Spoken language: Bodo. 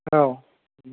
औ